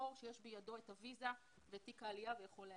שיש בידו את הוויזה ואת תיק העלייה והוא יכול להגיע.